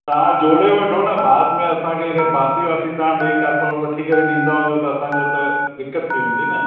तव्हां जोड़े वठो न बाद में असांखे अगरि बांसी वासी तव्हां ॿिए किथां वठी करे ॾींदा हुंजो त असांखे त दिक्कत थी वेंदी न